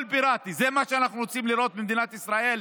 זה מה שאנחנו רוצים לראות במדינת ישראל?